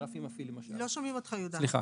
לא שומעים אותך, יהודה.